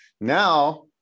Now